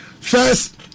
First